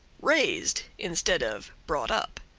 raised instead of brought up.